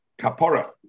kapora